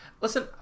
listen